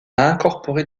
incorporé